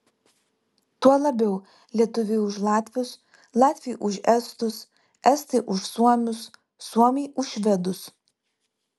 tuo labiau lietuviai už latvius latviai už estus estai už suomius suomiai už švedus